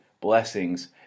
blessings